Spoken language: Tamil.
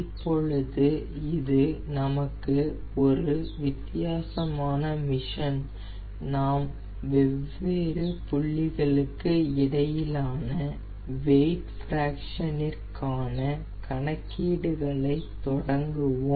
இப்பொழுது இது நமக்கு ஒரு வித்தியாசமான மிஷன் நாம் வெவ்வேறு புள்ளிகளுக்கு இடையிலான வெயிட் ஃபிராக்சனிற்கான கணக்கீடுகளை தொடங்குவோம்